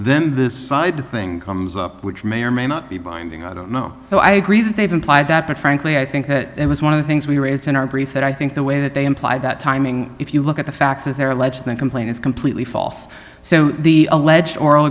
then this side thing comes up which may or may not be binding i don't know so i agree that they've implied that but frankly i think that was one of the things we raised in our brief that i think the way that they imply that timing if you look at the facts that they're alleged then complain is completely false so the alleged oral